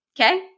Okay